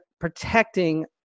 protecting